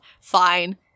Fine